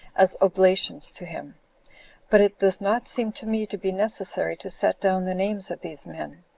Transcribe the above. as oblations to him but it does not seem to me to be necessary to set down the names of these men.